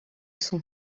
son